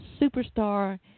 superstar